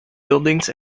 buildings